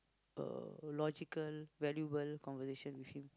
a logical valuable conversation with him